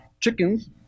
chickens